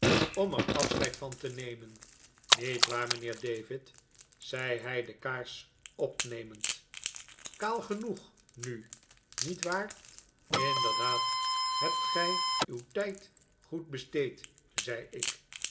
om afscheid van te nemen niet waar mijnheer david zei hij de kaars opnemend kaal genoeg nu niet waar inderdaad ge hebt uw tijd goed besteed zei ik